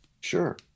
Sure